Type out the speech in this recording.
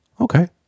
Okay